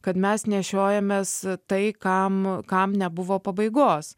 kad mes nešiojamės tai kam kam nebuvo pabaigos